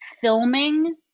filming